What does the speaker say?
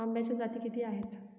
आंब्याच्या जाती किती आहेत?